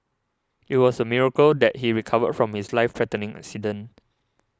it was a miracle that he recovered from his life threatening accident